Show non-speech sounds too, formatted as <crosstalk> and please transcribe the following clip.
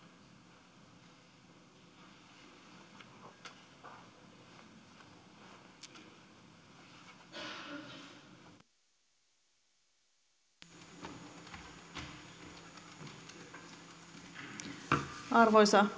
arvoisa <unintelligible>